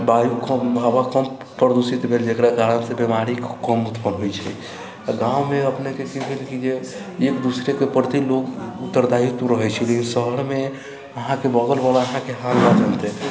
वायु कम हवा कम प्रदूषित भेल जेकरा कारण से बीमारी कम उठ पबैत छै आ गाँवमे अपनेकेँ की भेल से एक दूसरेके प्रति लोग उत्तरदायित्व रहैत छै जे शहरमे अहाँकेँ बगल बाला अहाँकेँ हाल नहि जानतै